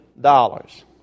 dollars